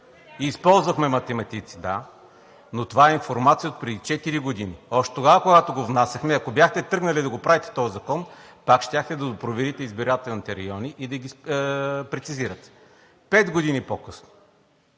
Използвахме математици – да. Но това е информация отпреди четири години. Още тогава, когато го внасяхме, ако бяхте тръгнали да го правите този закон, пак щяхте да проверите избирателните райони и да ги прецизирате. Пет години по-късно